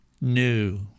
new